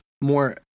more